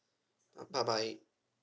bye bye